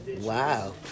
Wow